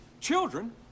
Children